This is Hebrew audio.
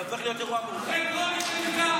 זה טרומית.